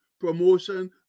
promotion